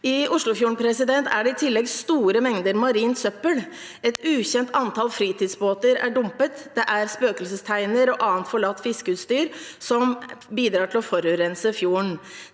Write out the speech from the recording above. I Oslofjorden er det i tillegg store mengder marint søppel. Et ukjent antall fritidsbåter er dumpet, og det er spøkelsesteiner og annet forlatt fiskeutstyr som bidrar til å forurense fjorden.